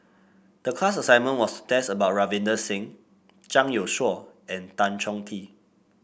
the class assignment was about Ravinder Singh Zhang Youshuo and Tan Chong Tee